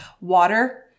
water